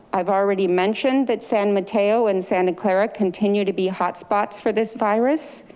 i've already mentioned that san mateo and santa clara continue to be hotspots for this virus,